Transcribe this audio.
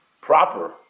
proper